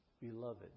Beloved